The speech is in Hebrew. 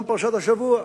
גם בפרשת השבוע.